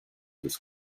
this